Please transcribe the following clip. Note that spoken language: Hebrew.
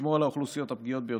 לשמור על האוכלוסיות הפגיעות ביותר,